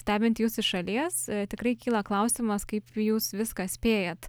stebint jus iš šalies tikrai kyla klausimas kaip jūs viską spėjat